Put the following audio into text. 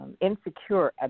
insecure